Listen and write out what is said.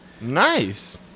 Nice